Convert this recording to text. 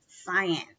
science